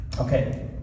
Okay